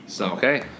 Okay